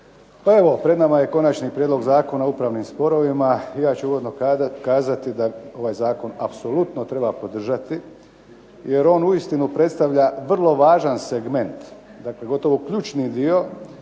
pred nama je Konačni prijedlog zakona o upravnim sporovima. I ja ću uvodno kazati da ovaj zakon apsolutno treba podržati, jer on uistinu predstavlja vrlo važan segment, dakle gotovo ključni dio